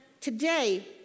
today